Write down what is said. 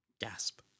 Gasp